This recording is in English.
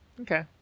Okay